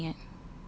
oh I tak ingat